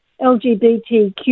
LGBTQ